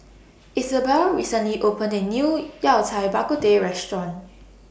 Isobel recently opened A New Yao Cai Bak Kut Teh Restaurant